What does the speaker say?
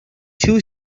two